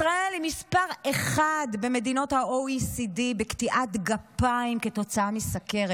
ישראל היא מספר אחת במדינות ה-OECD בקטיעת גפיים כתוצאה מסכרת,